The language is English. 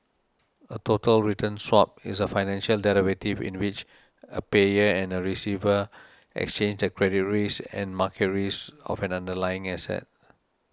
a total return swap is a financial derivative in which a payer and receiver exchange the credit risk and market risk of an underlying asset